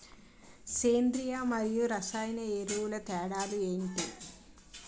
సేంద్రీయ మరియు రసాయన ఎరువుల తేడా లు ఏంటి?